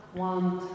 want